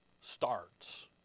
starts